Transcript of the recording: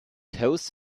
hosts